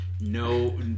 No